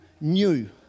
new